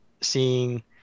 seeing